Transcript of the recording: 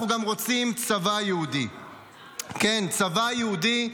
אנחנו גם רוצים צבא יהודי, כן, צבא יהודי.